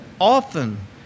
often